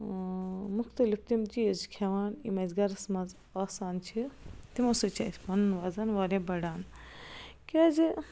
مختٔلف تِم چیٖز چھِ کھیٚوان یِم اَسہِ گَرس منٛز آسان چھِ تِمو سۭتۍ چھِ اَسہِ پنُن وَزن وارِیاہ بَڑان کیٛازِ